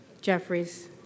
Jeffries